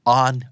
on